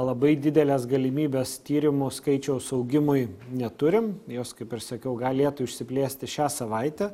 labai didelės galimybės tyrimų skaičiaus augimui neturim jos kaip ir sakiau galėtų išsiplėsti šią savaitę